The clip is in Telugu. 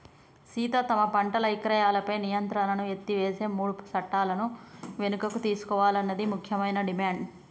సీత తమ పంటల ఇక్రయాలపై నియంత్రణను ఎత్తివేసే మూడు సట్టాలను వెనుకకు తీసుకోవాలన్నది ముఖ్యమైన డిమాండ్